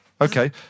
Okay